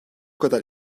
kadar